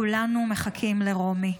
כולנו מחכים לרומי.